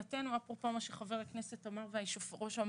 אפרופו מה שנאמר על-ידי חבר הכנסת וגם על-ידי היושב-ראש.